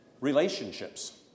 relationships